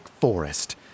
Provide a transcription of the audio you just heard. forest